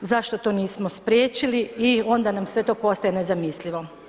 Zašto to nismo spriječili i onda nam sve to postane nezamislivo.